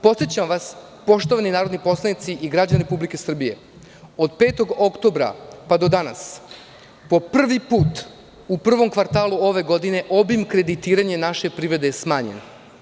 Podsećam vas, poštovani narodni poslanici i građani Republike Srbije, od 5. oktobra pa do danas, po prvi put u prvom kvartalu, ove godine obim kreditiranja naše privrede je smanjen.